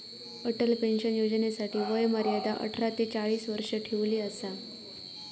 Atal pension योजनेसाठी वय मर्यादा अठरा ते चाळीस वर्ष ठेवली असा